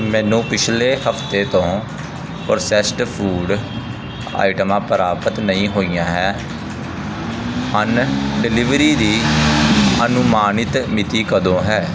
ਮੈਨੂੰ ਪਿਛਲੇ ਹਫ਼ਤੇ ਤੋਂ ਪ੍ਰੋਸੈਸਡ ਫੂਡ ਆਈਟਮਾਂ ਪ੍ਰਾਪਤ ਨਹੀਂ ਹੋਈਆਂ ਹੈ ਹਨ ਡਿਲੀਵਰੀ ਦੀ ਅਨੁਮਾਨਿਤ ਮਿਤੀ ਕਦੋਂ ਹੈ